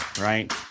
right